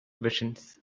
visions